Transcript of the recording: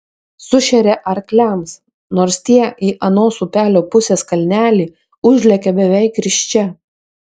sušeria arkliams nors tie į anos upelio pusės kalnelį užlekia beveik risčia